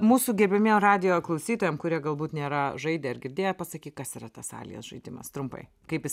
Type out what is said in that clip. mūsų gerbiamiem radijo klausytojam kurie galbūt nėra žaidę ar girdėję pasakyk kas yra tas alias žaidimas trumpai kaip jis